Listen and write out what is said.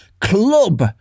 club